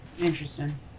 Interesting